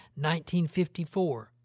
1954